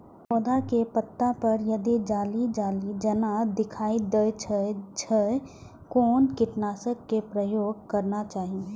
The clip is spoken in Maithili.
पोधा के पत्ता पर यदि जाली जाली जेना दिखाई दै छै छै कोन कीटनाशक के प्रयोग करना चाही?